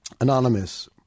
Anonymous